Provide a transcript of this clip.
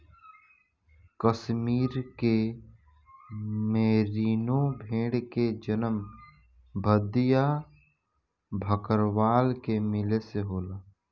कश्मीर के मेरीनो भेड़ के जन्म भद्दी आ भकरवाल के मिले से होला